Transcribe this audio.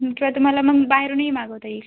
किंवा तुम्हाला मग बाहेरूनही मागवता येईल